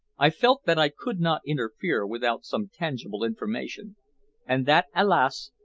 i felt that i could not interfere without some tangible information and that, alas!